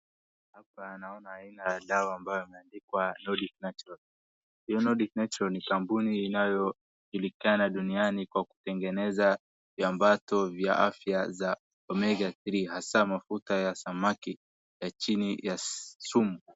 Hapa naona aina ya dawa ambayo imeandikwa Nordic Naturals . Hiyo Nordic Naturals ni kampuni inayojulikana duniani kwa kutengeneza viambato vya afya za Omega Three hasa mafuta ya samaki ya chini ya sumu.